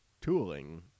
tooling